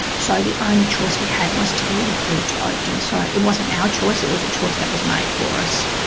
so the ah only choice we had was to be referred to oakden. so it wasn't our choice, it was a choice that was made for us.